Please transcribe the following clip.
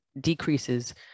decreases